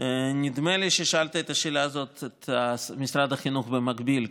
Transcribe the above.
נדמה לי ששאלת את השאלה הזאת את משרד החינוך במקביל,